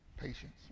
Patience